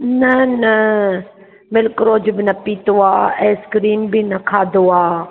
न न मिलक रोज बि न पीतो आहे आइसक्रीम बि न खाधो आहे